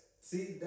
See